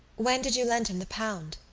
when did you lend him the pound?